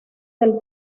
del